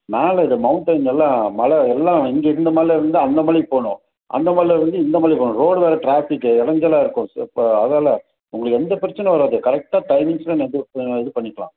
மேலே இந்த மௌண்டைன்லெலாம் மலை எல்லாம் இங்கே இந்த மலையிலிருந்து அந்த மலைக்குப் போகணும் அந்த மலையிலிருந்து இந்த மலைக்கு வரணும் ரோடு வேறு ட்ராஃபிக்கு இடஞ்சலா இருக்கும் சார் இப்போது அதால் உங்களுக்கு எந்த பிரச்சினையும் வராது கரெக்டாக டைமிங்ஸ்கில் நம்ம இது பண்ணிக்கலாம்